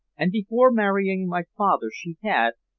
and before marrying my father she had,